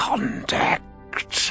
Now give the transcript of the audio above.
Contact